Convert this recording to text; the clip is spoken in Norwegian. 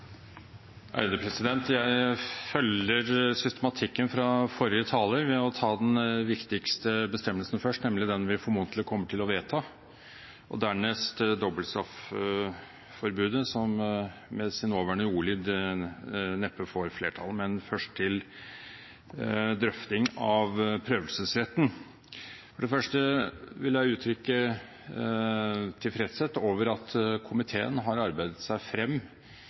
ved å ta den viktigste bestemmelsen først, nemlig den vi formodentlig kommer til å vedta, og dernest dobbeltstraff-forbudet, som med sin nåværende ordlyd neppe får flertall. Men først til drøftingen av prøvelsesretten: For det første vil jeg uttrykke tilfredshet over at komiteen har arbeidet seg frem